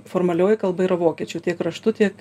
formalioji kalba yra vokiečių tiek raštu tiek